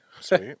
Sweet